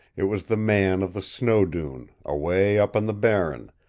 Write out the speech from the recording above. it was the man of the snow-dune, away up on the barren,